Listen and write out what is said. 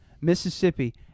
Mississippi